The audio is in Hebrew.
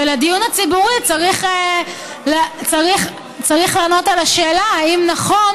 והדיון הציבורי צריך לענות על השאלה אם נכון